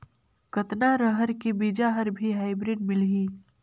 कतना रहर के बीजा हर भी हाईब्रिड मिलही?